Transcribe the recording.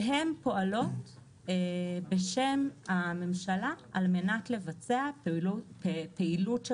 שהן פועלות בשם הממשלה על מנת לבצע פעילות של